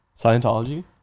Scientology